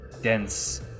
dense